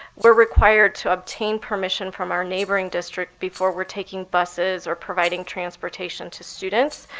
we're required to obtain permission from our neighboring district before we're taking buses or providing transportation to students.